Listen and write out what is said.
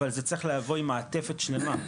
אבל זה צריך לבוא עם מעטפת שלמה.